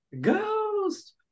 ghost